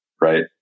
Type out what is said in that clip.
right